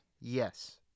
Yes